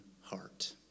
heart